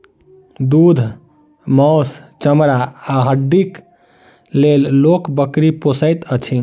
दूध, मौस, चमड़ा आ हड्डीक लेल लोक बकरी पोसैत अछि